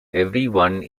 everyone